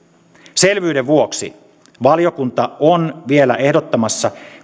selvyyden vuoksi valiokunta on vielä ehdottamassa